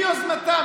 מיוזמתה,